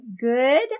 good